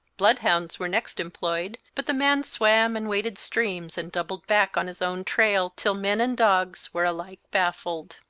bloodhounds were next employed, but the man swam and waded streams and doubled back on his own trail till men and dogs were alike baffled.